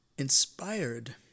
Inspired